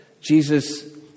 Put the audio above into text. Jesus